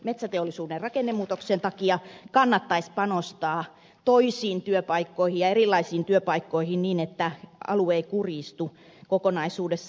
metsäteollisuuden rakennemuutoksen takia kannattaisi panostaa toisiin työpaikkoihin ja erilaisiin työpaikkoihin niin että alue ei kurjistu kokonaisuudessaan